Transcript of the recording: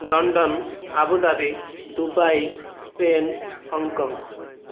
London Abu Dhabi Dubai Spain Hong Kong